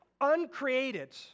uncreated